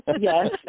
Yes